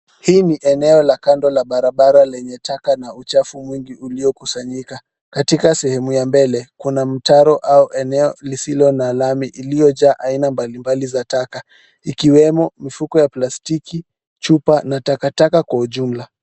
Hii ni eneo la kando la barabara lenye taka na uchafu mwingi uliokusanyika. Katika sehemu ya mbele, kuna mtaro au eneo ya lami ambayo imejaa aina mbalimbali za taka ikiwemo plastiki, chupa na takataka kwa ujumla.